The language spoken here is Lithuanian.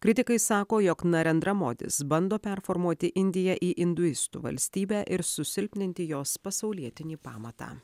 kritikai sako jog narendra modis bando performuoti indiją į induistų valstybę ir susilpninti jos pasaulietinį pamatą